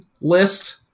list